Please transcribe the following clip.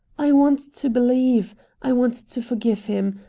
i want to believe i want to forgive him.